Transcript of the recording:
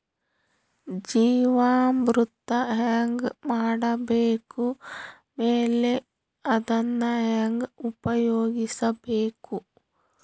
ಜೀವಾಮೃತ ಹೆಂಗ ಮಾಡಬೇಕು ಆಮೇಲೆ ಅದನ್ನ ಹೆಂಗ ಉಪಯೋಗಿಸಬೇಕು?